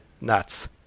nuts